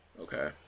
okay